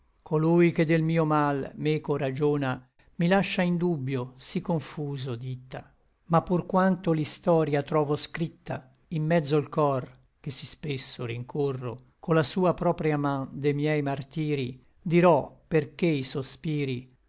collui che del mio mal meco ragiona mi lascia in dubbio sí confuso ditta ma pur quanto l'istoria trovo scripta in mezzo l cor che sí spesso rincorro co la sua propria man de miei martiri dirò perché i sospiri